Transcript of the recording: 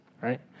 right